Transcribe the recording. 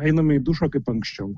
einame į dušą kaip anksčiau